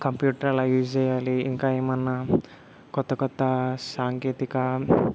computer ఎలా use చేయాలి ఇంకా ఏమన్నా కొత్త కొత్త సాంకేతిక